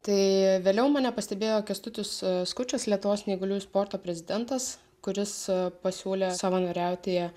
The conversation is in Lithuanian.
tai vėliau mane pastebėjo kęstutis skučas lietuvos neįgaliųjų sporto prezidentas kuris pasiūlė savanoriauti